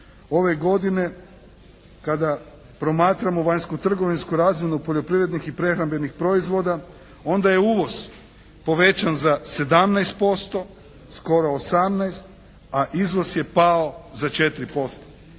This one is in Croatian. ove godine kada promatramo vanjsko-trgovinsku razmjenu poljoprivrednih i prehrambenih proizvoda onda je uvoz povećan za 17%, skoro 18 a izvoz je pao za 4%.